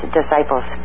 disciples